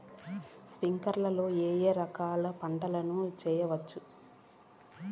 స్ప్రింక్లర్లు లో ఏ ఏ రకాల పంటల ను చేయవచ్చును?